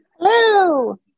Hello